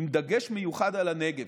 בדגש מיוחד על הנגב.